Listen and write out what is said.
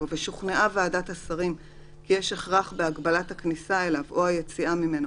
ושוכנעה ועדת השרים כי יש הכרח בהגבלת הכניסה אליו או היציאה ממנו